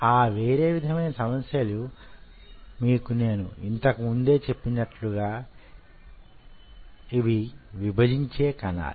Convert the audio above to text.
ఆ వేరే విధమైన సమస్యలు మీకు నేను యింతకు ముందే చెప్పినట్లుగా యివి విభజించే కణాలు